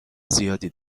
زیادی